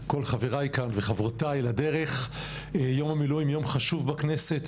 כל חברי כאן וחברותי לדרך יום המילואים זהו יום חשוב בכנסת.